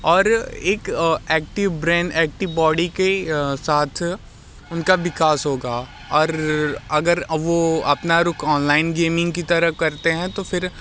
और एक active brain active body के साथ उनका विकास होगा और अगर वो अपना रुख़ ऑनलाइन गेमिंग की तरफ़ करते हैं तो फिर